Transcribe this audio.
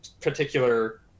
particular